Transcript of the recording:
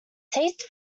taste